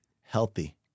healthy